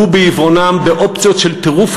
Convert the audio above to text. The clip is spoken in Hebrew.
הגו בעיוורונם באופציות של טירוף